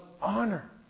honor